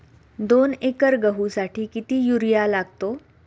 दोन एकर गहूसाठी किती युरिया लागतो?